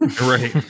right